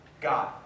God